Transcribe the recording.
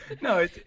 No